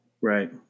Right